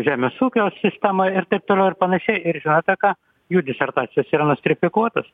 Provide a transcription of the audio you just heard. žemės ūkio sistemą ir taip toliau ir panašiai ir žinote ką jų disertacijos yra nostrifikuotos